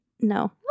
No